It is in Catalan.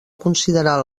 considerar